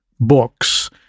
books